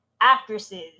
actresses